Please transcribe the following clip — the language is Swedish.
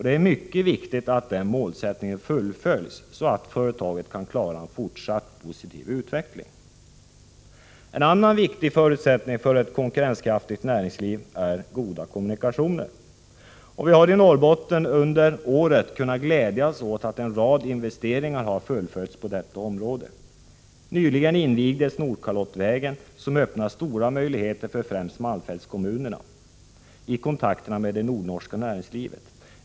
Det är mycket viktigt att den målsättningen fullföljs så att företaget kan klara av en fortsatt positiv utveckling. En annan viktig förutsättning för ett konkurrenskraftigt näringsliv är goda kommunikationer. Vi har i Norrbotten under året kunnat glädjas åt att en rad investeringar har fullföljts på detta område. Nyligen invigdes Nordkalottvägen, som öppnar stora möjligheter för främst malmfältskommunerna i kontakterna med det nordnorska näringslivet.